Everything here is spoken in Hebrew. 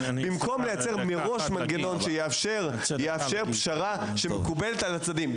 במקום לייצר מראש מנגנון שיאפשר פשרה שמקובלת על הצדדים,